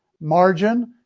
margin